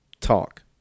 talk